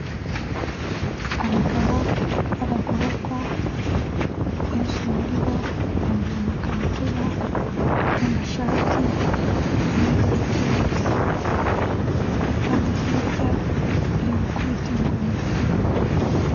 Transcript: Abagabo b'abagororwa, benshi muri bo, bambaye amakabutura, n'amashati, biri mu ibara ry'iroza. Abandi hirya bari gukubita ingoma.